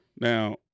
Now